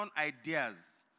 ideas